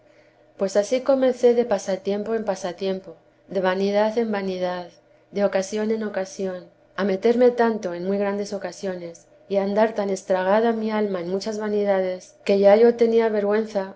pues ansí comencé de pasatiempo en pasatiempo de vanidad en vanidad de ocasión en ocasión a meterme tanto en muy grandes ocasiones y andar tan estragada mi alma en muchas vanidades que ya yo tenía vergüenza